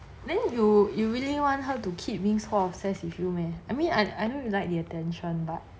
then you you really want her to keep things for obsessed with you meh I mean I I know you like the attention but